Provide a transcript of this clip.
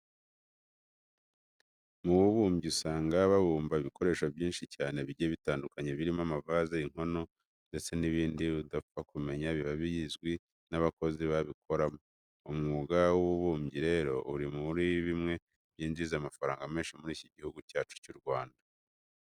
Mu bubumbyi usanga babumba ibikoresho byinshi cyane bigiye bitandukanye birimo amavaze, inkono ndetse n'ibindi utapfa kumenya biba bizwi n'abakozi babikoramo. Umwuga w'ububumbyi rero uri muri imwe yinjiza amafaranga menshi muri iki gihugu cyacu cy'u Rwanda.